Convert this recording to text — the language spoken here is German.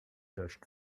deutschen